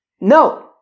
no